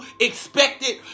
expected